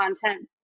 content